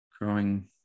growing